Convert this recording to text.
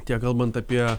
tiek kalbant apie